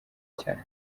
cyane